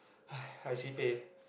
!haiya! I sibeh